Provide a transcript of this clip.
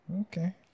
Okay